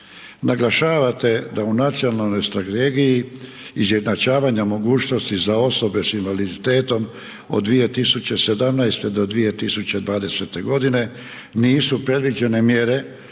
Naglašavate da u nacionalnoj strategiji izjednačavanja mogućnosti za osobe s invaliditetom od 2017. do 2020. godine nisu predviđene mjere